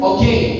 Okay